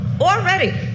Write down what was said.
already